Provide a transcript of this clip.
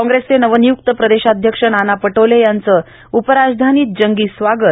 कोंग्रेसचे नवनियुक्त प्रदेशाध्यक्ष नाना पटोले यांचं उपराजधानीत जंगी स्वागत